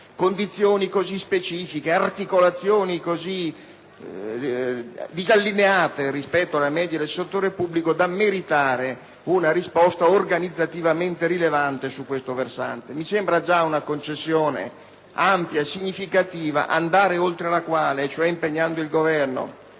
condizioni così specifiche e articolazioni così disallineate rispetto alla media del settore pubblico da meritare una risposta organizzativamente rilevante su questo versante. Mi sembra già una concessione ampia e significativa, ragion per cui andare oltre, cioè impegnare il Governo